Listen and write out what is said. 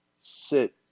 sit